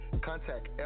contact